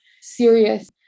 serious